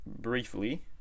briefly